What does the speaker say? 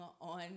on